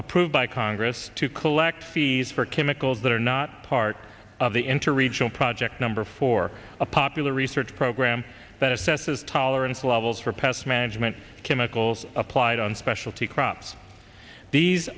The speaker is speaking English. approved by congress to collect fees for chemicals that are not part of the interregional project number four a popular research program that assesses tolerance levels for pest management chemicals applied on specialty crops these